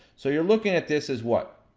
so, you're looking at this as what?